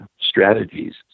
strategies